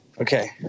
Okay